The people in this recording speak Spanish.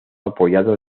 apoyado